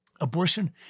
abortion